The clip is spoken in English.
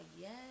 yes